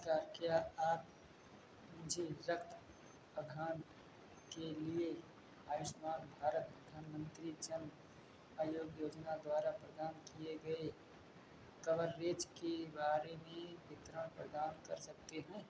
नमस्कार क्या आप मुझे रक्त आघान के लिए आयुष्मान भारत प्रधानमंत्री जन आरोग्य योजना द्वारा प्रदान किए गए कवरेज के बारे में वितरण प्रदान कर सकते हैं